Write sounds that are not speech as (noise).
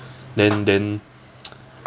then then (noise)